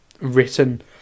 written